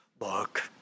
Look